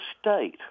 state